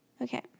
Okay